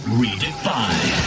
redefined